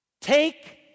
Take